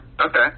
okay